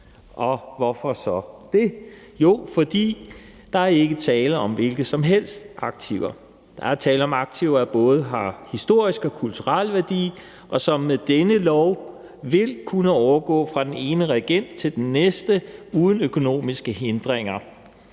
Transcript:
Og hvorfor så det? Jo, fordi der ikke er tale om hvilke som helst aktiver. Der er tale om aktiver, der både har historisk og kulturel værdi, og som med denne lov vil kunne overgå fra den ene regent til den næste uden økonomiske hindringer,